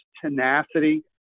tenacity